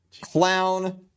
Clown